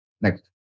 Next